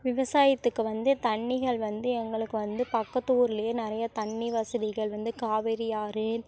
விவசாயத்துக்கு வந்து தண்ணிகள் வந்து எங்களுக்கு வந்து பக்கத்து ஊரிலேயே நிறைய தண்ணி வசதிகள் வந்து காவேரி ஆறு